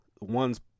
one's